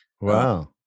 Wow